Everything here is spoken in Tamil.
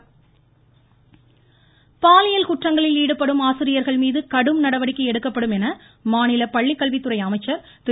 செங்கோட்டையன் வாய்ஸ் பாலியல் குற்றங்களில் ஈடுபடும் ஆசிரியர்கள்மீது கடும் நடவடிக்கை எடுக்கப்படும் என மாநில பள்ளிக் கல்வித் துறை அமைச்சர் திரு